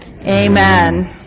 Amen